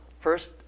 First